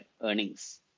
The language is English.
earnings